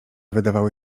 wydawały